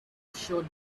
showed